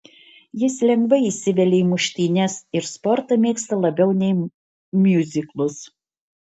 jis lengvai įsivelia į muštynes ir sportą mėgsta labiau nei miuziklus